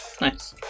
Nice